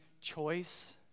choice